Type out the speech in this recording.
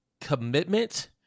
Commitment